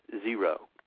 zero